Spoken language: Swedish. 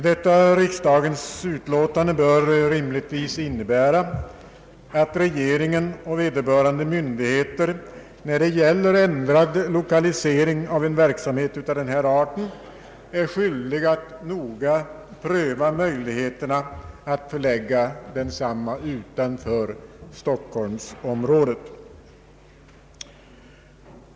Detta riksdagens uttalande bör rimligtvis innebära att regeringen och vederbörande myndigheter när det gäller ändrad 1okalisering av en verksamhet av den här arten är skyldiga att noga pröva möjligheterna att förlägga densamma utanför Stockholmsområdet.